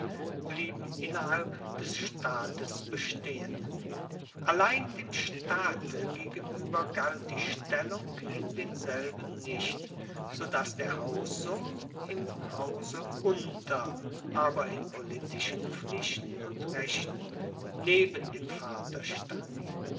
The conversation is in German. blieben innerhalb des staates bestehen allein dem staate gegenueber galt die stellung in denselben nicht so dass der haussohn im hause unter aber in politischen pflichten und rechten neben dem vater stand